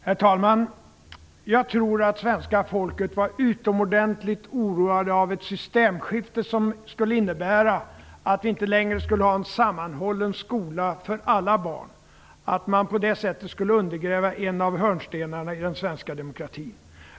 Herr talman! Jag tror att svenska folket var utomordentligt oroat av ett systemskifte som skulle innebära att vi inte längre skulle ha en sammanhållen skola för alla barn, att man på det sättet skulle undergräva en av hörnstenarna i den svenska demokratin.